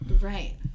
Right